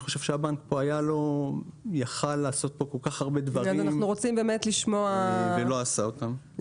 אני חושב שהבנק כאן יכול היה לעשות כאן כל כך הרבה דברים ולא עשה אותם.